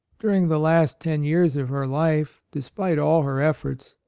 during the last ten years of her life, despite all her efforts,